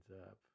up